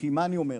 כי מה אני אומר?